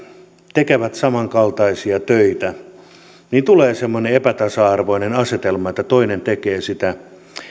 tekevät samankaltaisia töitä tulee semmoinen epätasa arvoinen asetelma että toinen tekee sitä